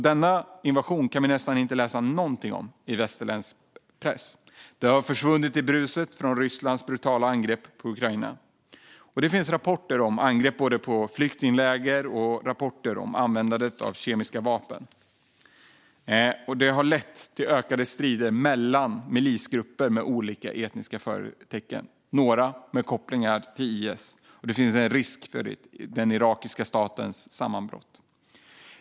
Denna invasion kan vi nästan inte läsa någonting om i västerländsk press. Det har försvunnit i bruset från Rysslands brutala angrepp på Ukraina. Det finns rapporter om angrepp på flyktingläger och om användandet av kemiska vapen. Angreppen har lett till ökade strider mellan milisgrupper med olika etniska förtecken, några med kopplingar till IS. Det finns en risk för den irakiska statens sammanbrott.